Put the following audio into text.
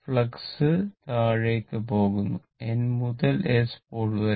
flux താഴേക്ക് പോകുന്നു N മുതൽ S പോൾ വരെ